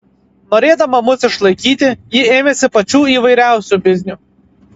norėdama mus išlaikyti ji ėmėsi pačių įvairiausių biznių